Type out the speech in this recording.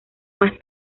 más